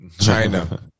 China